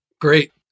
Great